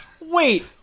Wait